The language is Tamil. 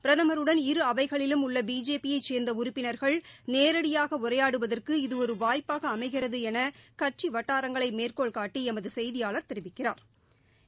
பிரதமருடன் இரு அவைகளிலும் உள்ளபிஜேபி யைச் சேர்ந்தஉறுப்பினா்கள் நேரடியாகஉரையாடுவதற்கு இது ஒருவாய்ப்பாகஅமைகிறதுஎனகட்சிவட்டாரங்களைமேற்கோள்காட்டிஎமதுசெய்தியாளா் தெரிவிக்கிறாா்